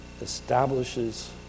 establishes